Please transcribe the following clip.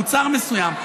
מוצר מסוים,